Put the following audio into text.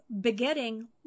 begetting